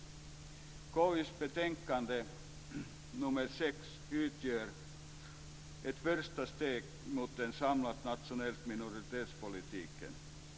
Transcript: KU:s betänkande nr 6 utgör ett första steg mot en samlad nationell minoritetspolitik.